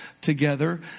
together